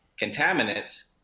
contaminants